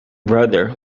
brother